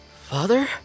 Father